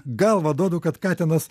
galvą duodu kad katinas